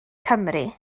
cymru